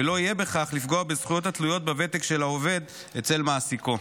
ולא יהיה בכך לפגוע בזכויות התלויות בוותק של העובד אצל מעסיקו.